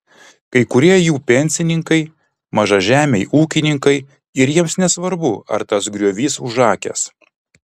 kai kurie jų pensininkai mažažemiai ūkininkai ir jiems nesvarbu ar tas griovys užakęs